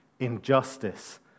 injustice